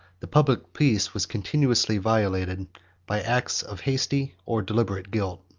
the public peace was continually violated by acts of hasty or deliberate guilt.